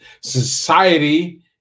society